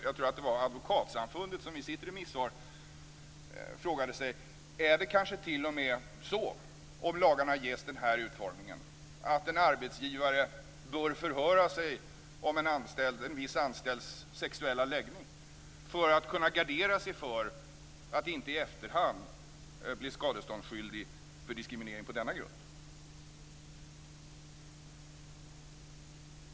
Jag tror att det var Advokatsamfundet som i sitt remissvar frågade sig: Är det kanske t.o.m. så, om lagarna ges den här utformningen, att en arbetsgivare bör förhöra sig om en viss anställds sexuella läggning för att kunna gardera sig mot att inte i efterhand bli skadeståndsskyldig för diskriminering på denna grund?